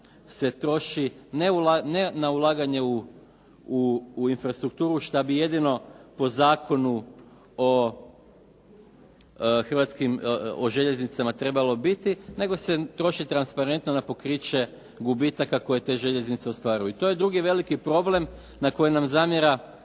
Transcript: se troši ne na ulaganje u infrastrukturu što bi jedino po Zakonu o željeznicama trebalo biti, nego se troši transparentno na pokriće gubitaka koje te željeznice ostvaruju. I to je drugi veliki problem na kojem nam zamjera